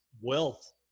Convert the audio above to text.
wealth